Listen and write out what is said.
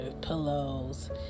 pillows